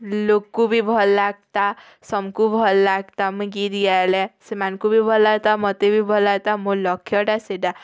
ଲୋକ୍କୁ ବି ଭଲ୍ ଲାଗ୍ତା ସମ୍ଙ୍କୁ ବି ଭଲ୍ ଲାଗ୍ତା ମୁଇଁ ଗୀତ୍ ଗାଇଲେ ସେମାନାଙ୍କୁ ବି ଭଲ୍ ଲାଗ୍ତା ମୋତେ ବି ଭଲ୍ ଲାଗ୍ତା ମୋର ଲକ୍ଷ୍ୟଟା ସେଟା